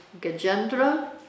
Gajendra